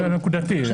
זה נקודתי.